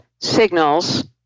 signals